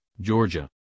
Georgia